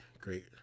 great